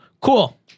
Cool